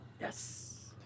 Yes